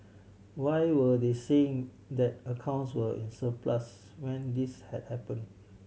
why were they saying that accounts were in surplus when this had happen